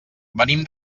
venim